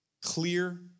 clear